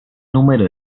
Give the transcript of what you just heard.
número